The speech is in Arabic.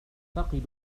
أعتقد